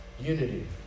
Unity